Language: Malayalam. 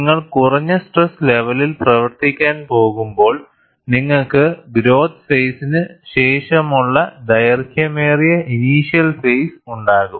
നിങ്ങൾ കുറഞ്ഞ സ്ട്രെസ് ലെവലിൽ പ്രവർത്തിക്കാൻ പോകുമ്പോൾ നിങ്ങൾക്ക് ഗ്രോത്ത് ഫേയിസിന് ശേഷമുള്ള ദൈർഘ്യമേറിയ ഇനീഷ്യൽ ഫേസ് ഉണ്ടാകും